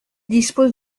dispose